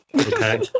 Okay